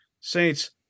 Saints